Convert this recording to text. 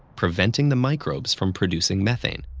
preventing the microbes from producing methane.